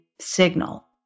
Signal